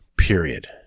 Period